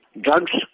Drugs